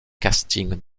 casting